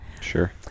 Sure